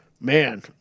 man